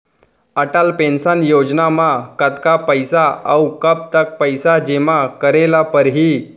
Atal pension योजना म कतका पइसा, अऊ कब तक पइसा जेमा करे ल परही?